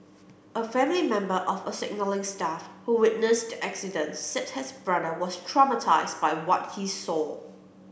a family member of a signalling staff who witnessed the accident said his brother was traumatised by what he saw